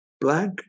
black